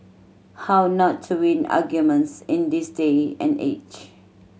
how not to win arguments in this day and age